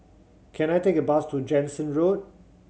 can I take a bus to Jansen Road